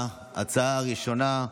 ההצעה הראשונה,